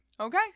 Okay